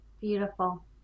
Beautiful